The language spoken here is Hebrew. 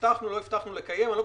הבטחנו, לא הבטחנו לקיים?